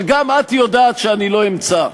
שגם את יודעת שאני לא אמצא.